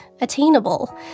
attainable